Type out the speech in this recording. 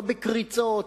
לא בקריצות,